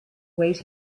wait